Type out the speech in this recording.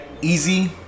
easy